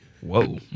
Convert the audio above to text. Whoa